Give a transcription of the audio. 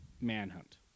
manhunt